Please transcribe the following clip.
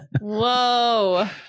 whoa